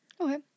Okay